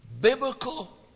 biblical